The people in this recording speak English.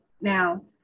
now